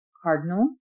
Cardinal